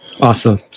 Awesome